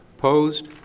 opposed?